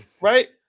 right